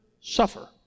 suffer